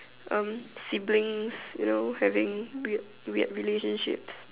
um siblings you know having weird weird relationships